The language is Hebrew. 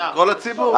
כל הציבור?